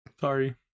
Sorry